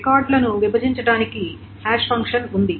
రికార్డులను విభజించడానికి hash function ఉంది